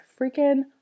freaking